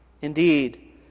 Indeed